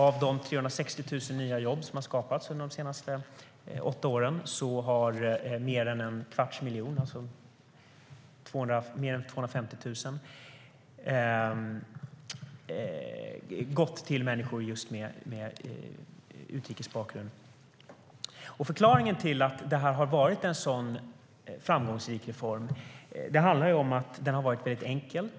Av de 360 000 nya jobb som har skapats under de senaste åtta åren har mer än 250 000 jobb gått till människor med utrikes bakgrund. Förklaringen till att detta har varit en så framgångsrik reform är att den har varit väldigt enkel.